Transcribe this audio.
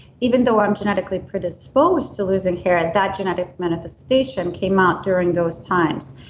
even though i'm genetically predisposed to losing hair at that genetic manifestation came out during those times.